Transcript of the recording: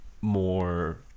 more